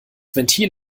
ventil